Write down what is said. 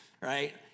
right